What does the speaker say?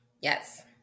Yes